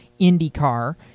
IndyCar